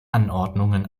anordnungen